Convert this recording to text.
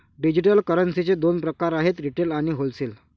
digital करन्सीचे दोन प्रकार आहेत रिटेल आणि होलसेल